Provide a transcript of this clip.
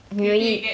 nearly